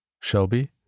Shelby